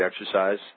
exercise